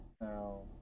now